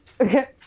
Okay